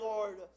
Lord